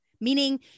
meaning